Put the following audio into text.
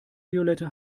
violette